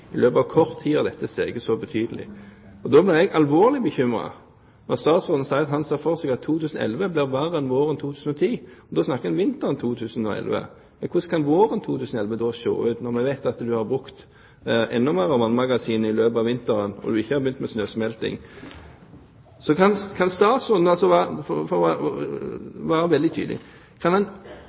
I løpet av kort tid har dette steget så betydelig. Da blir jeg alvorlig bekymret når statsråden sier at han ser for seg at 2011 blir verre enn våren 2010, og da snakker vi om vinteren 2011. Men hvordan skal våren 2011 se ut når vi vet at vi har brukt enda mer av vannmagasinene i løpet av vinteren, og snøsmeltingen ikke har begynt? Kan statsråden, for å være veldig tydelig, utelukke at det vil skje feil som gjør at vi kan